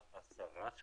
מסורת,